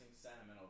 sentimental